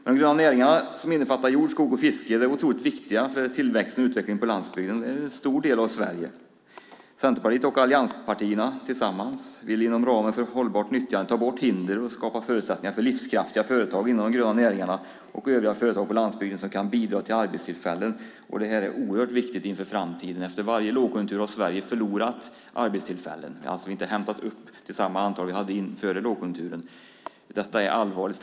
De gröna näringarna som innefattar jord, skog och fiske är otroligt viktiga för tillväxt och utveckling på landsbygden. Det är en stor del av Sverige. Centerpartiet och allianspartierna tillsammans vill inom ramen för ett hållbart nyttjande ta bort hinder och skapa förutsättningar för livskraftiga företag inom de gröna näringarna och övriga företag på landsbygden som kan bidra till arbetstillfällen. Det är oerhört viktigt inför framtiden. Efter varje lågkonjunktur har Sverige förlorat arbetstillfällen. Vi har inte hämtat upp samma antal som vi hade före lågkonjunkturen. Detta är allvarligt.